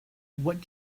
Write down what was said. what